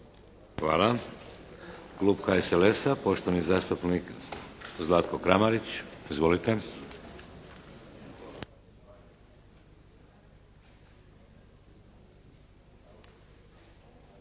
Hvala. Klub HSLS-a, poštovani zastupnik Zlatko Kramarić. Izvolite.